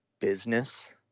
business